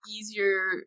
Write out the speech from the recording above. easier